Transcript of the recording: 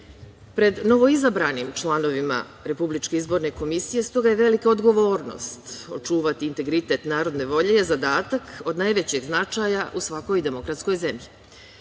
novoizabranim članovima RIK, s toga je velika odgovornost očuvati integritet narodne volje, je zadatak od najvećeg značaja u svakoj demokratskoj zemlji